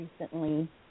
recently